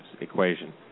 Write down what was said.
equation